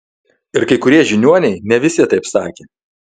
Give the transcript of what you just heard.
ir kai kurie žiniuoniai ne visi taip sakė